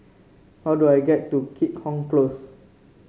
how do I get to Keat Hong Close